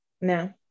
No